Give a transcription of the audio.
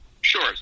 Sure